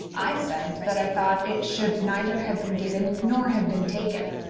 i said that i thought it should neither have been given nor have been taken.